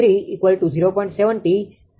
70 એકમ દીઠ લીધું છે